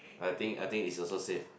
I think I think is also safe